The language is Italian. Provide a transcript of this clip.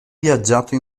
viaggiato